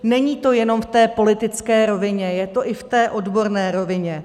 Není to jenom v té politické rovině, je to i v té odborné rovině.